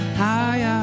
high